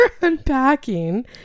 unpacking